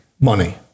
money